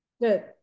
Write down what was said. good